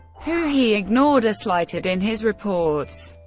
who he ignored or slighted in his reports.